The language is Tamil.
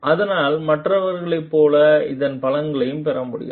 அதனால் மற்றவர்களைப் போலவே இதன் பலனையும் பெற முடியும்